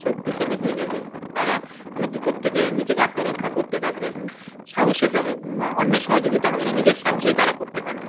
শক্তিশালী হয়ে যাবে তারা কোনো বিপদ থেকে নিজেকে আত্মরক্ষা করতে তাদের সাহসে দা অন্যের সহযোগিতা হবে না নিজের সাহসেই তারা করতে পারবে